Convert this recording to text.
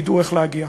ידעו איך להגיע.